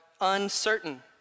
Uncertain